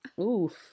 Oof